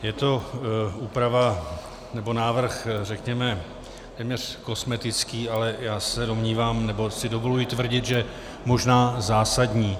Je to úprava, nebo návrh, řekněme, téměř kosmetický, ale já se domnívám nebo si dovoluji tvrdit, že možná zásadní.